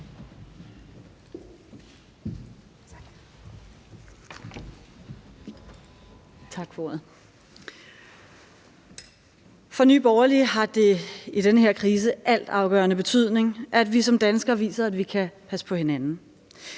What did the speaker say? For Nye Borgerlige har det i den her krise altafgørende betydning, at vi som danskere viser, at vi kan passe på hinanden.